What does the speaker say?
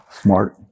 smart